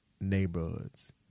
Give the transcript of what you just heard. neighborhoods